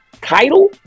title